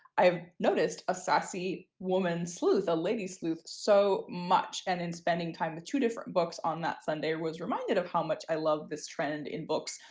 i've noticed, a sassy woman sleuth, a lady sleuth so much. and in spending time with two different books on that sunday was reminded of how much i love this trend in books.